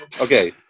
Okay